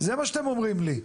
זה מה שאתם אומרים לי.